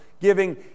giving